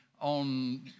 on